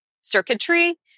circuitry